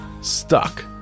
stuck